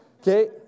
okay